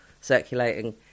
circulating